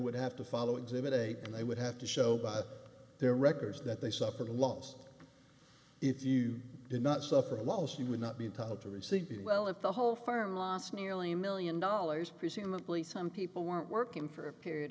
would have to follow exhibit a and they would have to show by their records that they suffered a loss if you did not suffer a loss you would not be entitled to receive the well if the whole farm lost nearly a million dollars presumably some people weren't working for a period